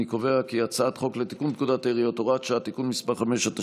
אני קובע כי הצעת חוק לתיקון פקודת העיריות (הוראת שעה) (תיקון מס' 5),